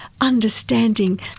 understanding